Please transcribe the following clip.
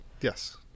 Yes